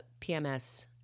PMS